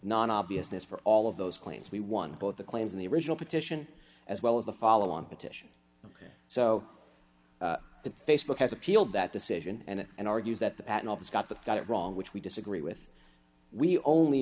non obviousness for all of those claims we won both the claims in the original petition as well as the follow on petition so that facebook has appealed that decision and and argues that the patent office got the got it wrong which we disagree with we only